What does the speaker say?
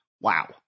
Wow